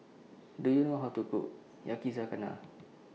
Do YOU know How to Cook Yakizakana